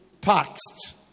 passed